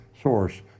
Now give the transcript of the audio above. source